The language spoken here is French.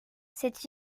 c’est